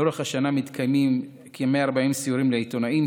לאורך השנה מתקיימים כ-140 סיורים לעיתונאים,